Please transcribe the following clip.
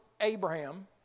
Abraham